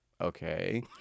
okay